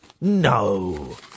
No